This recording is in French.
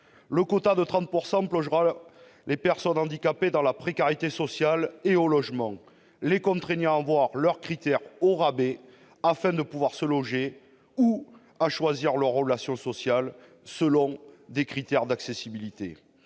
Un quota de 30 % plongera les personnes handicapées dans la précarité sociale et compromettra leur accès au logement. Cela les contraindra à revoir leurs critères au rabais afin de pouvoir se loger, ou à choisir leurs relations sociales selon des critères d'accessibilité.